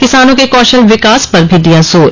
किसानों के कौशल विकास पर भी दिया जोर